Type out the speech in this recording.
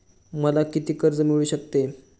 मला किती कर्ज मिळू शकते?